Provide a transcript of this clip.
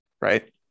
right